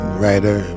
writer